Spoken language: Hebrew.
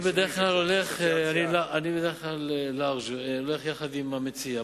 אני בדרך כלל לארג' והולך יחד עם המציע.